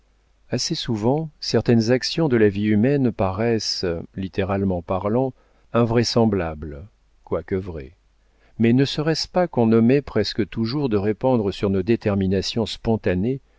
assez souvent certaines actions de la vie humaine paraissent littéralement parlant invraisemblables quoique vraies mais ne serait-ce pas qu'on omet presque toujours de répandre sur nos déterminations spontanées